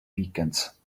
weekends